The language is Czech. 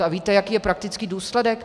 A víte, jaký je praktický důsledek?